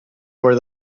where